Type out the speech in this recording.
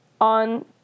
on